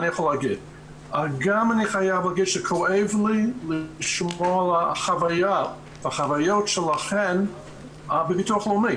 גם אני חייב להגיד שכואב לי לשמוע על החוויות שלכן בביטוח הלאומי.